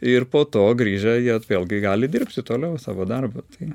ir po to grįžę jie vėlgi gali dirbti toliau savo darbą tai